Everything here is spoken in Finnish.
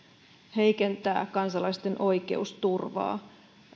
heikentää kansalaisten oikeusturvaa